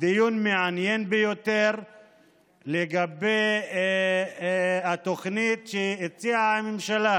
דיון מעניין ביותר לגבי התוכנית שהציעה הממשלה